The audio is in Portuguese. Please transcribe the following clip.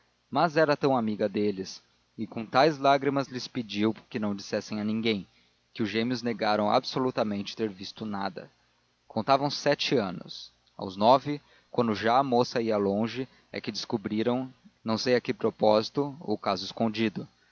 mas era tão amiga deles e com tais lágrimas lhes pediu que não dissessem a ninguém que os gêmeos negaram absolutamente ter visto nada contavam sete anos aos nove quando já a moça ia longe é que descobriram não sei a que propósito o caso escondido